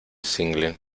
single